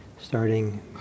starting